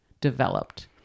developed